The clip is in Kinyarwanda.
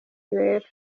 bera